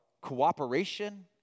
cooperation